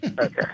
Okay